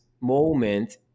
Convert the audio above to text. moment